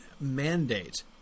mandate